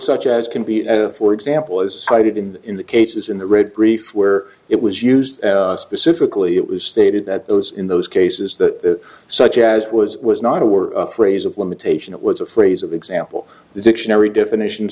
such as can be for example is cited in the in the cases in the red brief where it was used specifically it was stated that those in those cases that such as was was not a word or phrase of limitation it was a phrase of example the dictionary definition